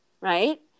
right